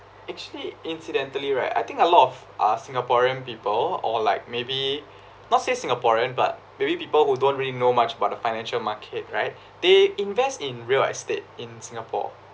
actually incidentally right I think a lot of uh singaporean people or like maybe not say singaporean but maybe people who don't really know much about the financial market right they invest in real estate in singapore